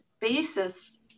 basis